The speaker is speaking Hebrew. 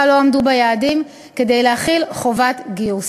לא עמדו ביעדים כדי להחיל חובת גיוס.